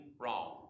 wrong